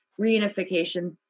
reunification